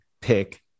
pick